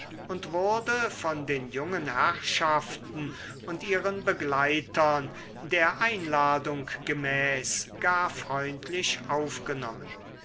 und wurde von den jungen herrschaften und ihren begleitern der einladung gemäß gar freundlich aufgenommen